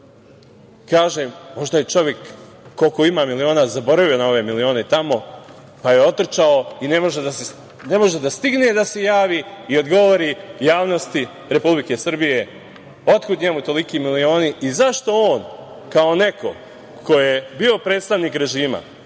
kažem, možda je čovek, koliko ima miliona, zaboravio na ove milione tamo, pa je otrčao i ne može da stigne da se javi i odgovori javnosti Republike Srbije otkud njemu toliki milioni zašto on kao neko ko je bio predstavnik režima,